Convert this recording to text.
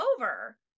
over